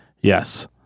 Yes